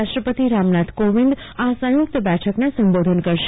રાષ્ટ્રપતિ રામનાથ કોવિંદ આ સંયુક્ત બેઠકને સંબોધન કરશે